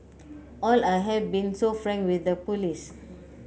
and I have been so frank with the police